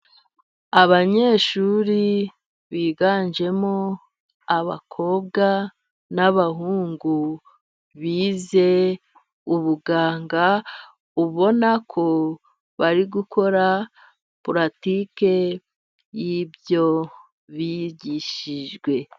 Abanyeshuri biganjemo abakobwa nabahungu bize ubuganga ubona ko bari gukora pulatike y'ibyo bigishijwe.